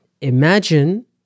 Imagine